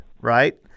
right